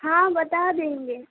ہاں بتا دیں گے